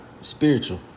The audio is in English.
Spiritual